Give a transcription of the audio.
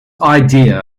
idea